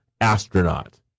astronaut